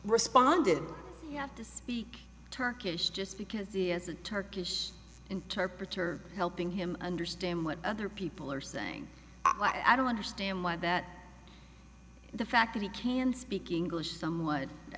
have to speak turkish just because the as a turkish interpreter helping him understand what other people are saying i don't understand why that the fact that he can speak english somewhat i